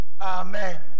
Amen